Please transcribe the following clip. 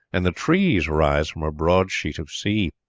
and the trees rise from a broad sheet of sea.